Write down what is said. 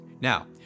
Now